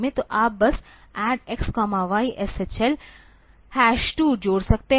तो आप बस add x y SHL 2 जोड़ सकते हैं